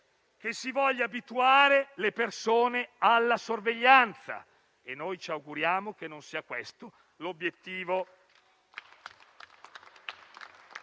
che si vogliano abituare le persone alla sorveglianza e noi ci auguriamo che non sia questo l'obiettivo.